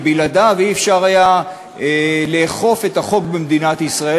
ובלעדיו לא היה אפשר לאכוף את החוק במדינת ישראל,